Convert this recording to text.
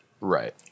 Right